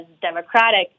democratic